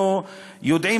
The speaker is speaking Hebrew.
אנחנו יודעים,